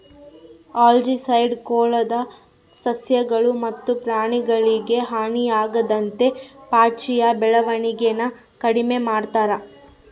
algicide ಕೊಳದ ಸಸ್ಯಗಳು ಮತ್ತು ಪ್ರಾಣಿಗಳಿಗೆ ಹಾನಿಯಾಗದಂತೆ ಪಾಚಿಯ ಬೆಳವಣಿಗೆನ ಕಡಿಮೆ ಮಾಡ್ತದ